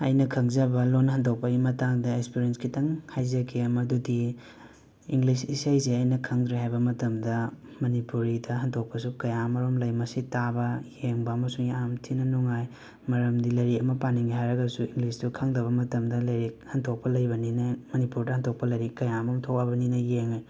ꯑꯩꯅ ꯈꯪꯖꯕ ꯂꯣꯟ ꯍꯟꯗꯣꯛꯄꯒꯤ ꯃꯇꯥꯡꯗ ꯑꯦꯁꯄꯤꯔꯦꯟꯁ ꯈꯤꯇꯪ ꯍꯥꯏꯖꯒꯦ ꯑꯃꯗꯨꯗꯤ ꯏꯪꯂꯤꯁ ꯏꯁꯩꯁꯦ ꯑꯩꯅ ꯈꯪꯗ꯭ꯔꯦ ꯍꯥꯏꯕ ꯃꯇꯝꯗꯥ ꯃꯅꯤꯄꯨꯔꯤꯗꯥ ꯍꯟꯗꯣꯛꯄꯁꯨ ꯀꯌꯥ ꯑꯃꯔꯣꯝ ꯂꯩ ꯃꯁꯤ ꯇꯥꯕꯥ ꯌꯦꯡꯕ ꯑꯃꯁꯨꯡ ꯌꯥꯝ ꯊꯤꯅ ꯅꯨꯡꯉꯥꯏ ꯃꯔꯝꯗꯤ ꯂꯥꯏꯔꯤꯛ ꯑꯃ ꯄꯥꯅꯤꯡꯉꯦ ꯍꯥꯏꯔꯒꯁꯨ ꯏꯪꯂꯤꯁꯇꯨ ꯈꯪꯗꯕ ꯃꯇꯝꯗ ꯂꯥꯏꯔꯤꯛ ꯍꯟꯗꯣꯛꯄ ꯂꯩꯕꯅꯤꯅ ꯃꯅꯤꯄꯨꯔꯗ ꯍꯟꯗꯣꯛꯄ ꯂꯥꯏꯔꯤꯛ ꯀꯌꯥ ꯑꯃ ꯊꯣꯑꯕꯅꯤꯅ ꯌꯦꯡꯉꯦ